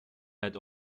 had